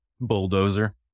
Bulldozer